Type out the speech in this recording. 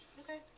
okay